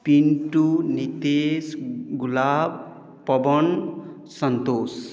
Pintu Nitesh Gulab Pawan Santosh